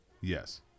Yes